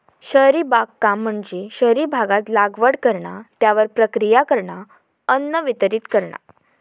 शहरी बागकाम म्हणजे शहरी भागात लागवड करणा, त्यावर प्रक्रिया करणा, अन्न वितरीत करणा